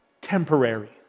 temporary